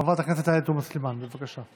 חברת הכנסת עאידה תומא סלימאן, בבקשה.